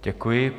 Děkuji.